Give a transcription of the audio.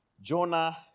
Jonah